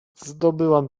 zdobyłam